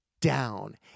down